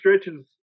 stretches